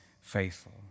faithful